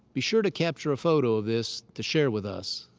be sure to capture a photo of this to share with us.